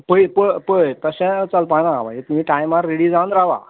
पळय प पळय तशें चलपा ना मागीर तुमी टायमार रेडी जावन रावा